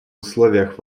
условиях